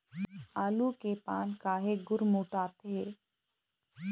आलू के पान काहे गुरमुटाथे?